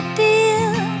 dear